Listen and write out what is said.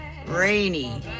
rainy